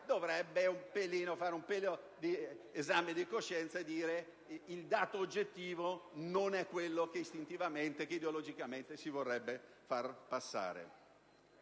dovrebbe fare un piccolo esame di coscienza e riconoscere che il dato oggettivo non è quello che istintivamente e ideologicamente si vorrebbe far passare.